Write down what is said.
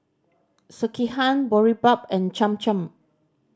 Sekihan Boribap and Cham Cham